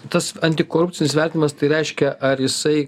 tas antikorupcinis vertinimas tai reiškia ar jisai